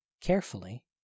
carefully